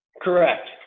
Correct